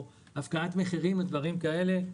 או בהפקעת מחירים ודברים כאלה.